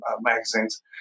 magazines